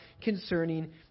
concerning